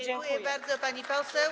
Dziękuję bardzo, pani poseł.